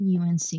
UNC